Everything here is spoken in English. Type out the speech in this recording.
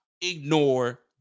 ignore